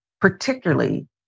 particularly